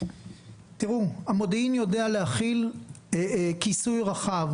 המודיעין יודע להכיל כיסוי רחב.